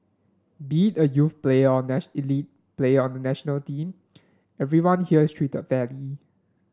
be it a youth player or an elite player on the national team everyone here is treated fairly